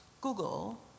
Google